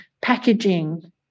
packaging